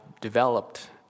developed